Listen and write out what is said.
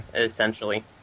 essentially